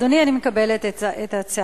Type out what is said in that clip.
בסדר, אדוני, אני מקבלת את הצעתך.